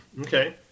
Okay